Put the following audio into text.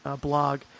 blog